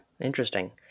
interesting